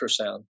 ultrasound